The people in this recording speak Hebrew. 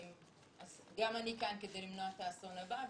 גם אני כאן כדי למנוע את האסון הבא.